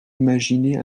imaginer